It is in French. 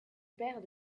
paire